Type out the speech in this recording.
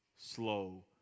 slow